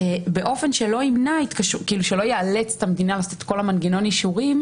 באופן שלא ייאלץ את המדינה לעשות את כל מנגנון האישורים,